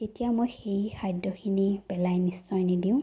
তেতিয়া মই সেই খাদ্যখিনি পেলাই নিশ্চয় নিদিওঁ